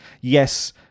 yes